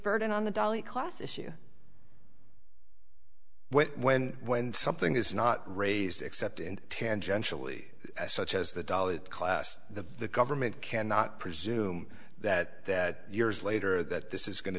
burden on the dalai class issue when when something is not raised except in tangentially such as the doll it class the government cannot presume that that years later that this is going to